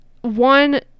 one